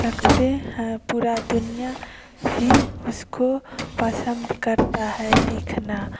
सकते हैं पूरा दुनिया ही उसको पसंद करता है देखना